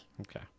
Okay